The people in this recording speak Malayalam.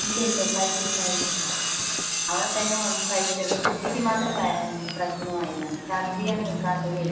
ഇല്ല ഇല്ല കഴിച്ചിട്ടുണ്ടായിരിന്നില്ല അവിടെത്തന്നെ വന്ന് കഴിച്ചത് കുട്ടിക്ക് മാത്രം പ്രശ്നം ആയതാണ് ഛർദ്ദി ആണ് നിൽക്കാത്തത്